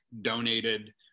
donated